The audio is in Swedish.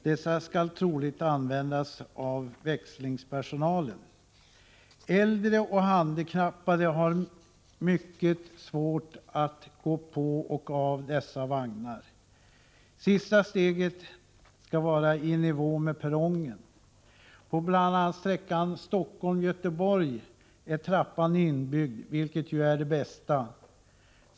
Det skall troligen användas av växlingspersonalen. Äldre och handikappade har mycket svårt att gå på och av dessa vagnar. Sista steget skall vara i nivå med perrongen. På bl.a. sträckan Stockholm-Göteborg har man vagnar där trappan är inbyggd, vilket ju är det bästa.